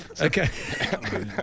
Okay